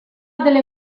delle